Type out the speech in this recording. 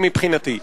מבחינתי.